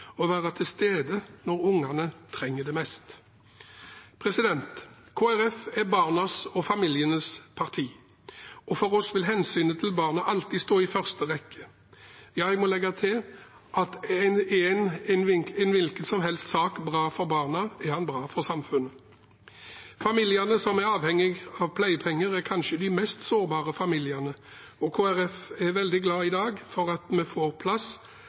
og de kan være til stede når ungene trenger det mest. Kristelig Folkeparti er barnas og familienes parti. For oss vil hensynet til barna alltid stå i første rekke. Jeg må legge til at er en hvilken som helst sak bra for barna, er den bra for samfunnet. Familiene som er avhengig av pleiepenger, er kanskje de mest sårbare familiene, og Kristelig Folkeparti er veldig glad for at vi i dag får på plass